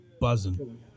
buzzing